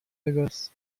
وگاس